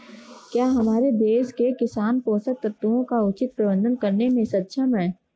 क्या हमारे देश के किसान पोषक तत्वों का उचित प्रबंधन करने में सक्षम हैं?